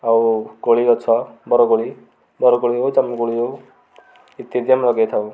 ଆଉ କୋଳି ଗଛ ବରକୋଳି ବରକୋଳି ହେଉ ଜାମୁକୋଳି ହେଉ ଇତ୍ୟାଦି ଆମେ ଲଗେଇଥାଉ